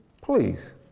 Please